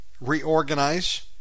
reorganize